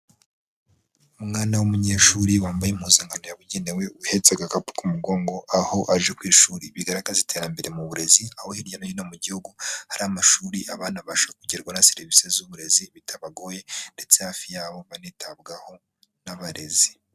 Umwana w'umunyeshuri wambaye impuzankano yabugenewe uhetse agakapu k'umugongo aho aje ku ishuri. Bigaragaza iterambere mu burezi, aho hirya no hino mu gihugu hari amashuri abana babasha kugerwaho na serivisi z'uburezi bitabagoye ndetse hafi yabo, banitabwaho n'abarezi.